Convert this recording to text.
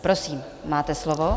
Prosím, máte slovo.